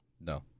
No